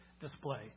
display